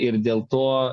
ir dėl to